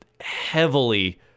heavily